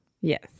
Yes